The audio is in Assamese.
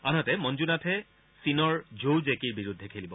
আনহাতে মঞ্জু নাথে চীনৰ ঝৌ জেকিৰ বিৰুদ্ধে খেলিব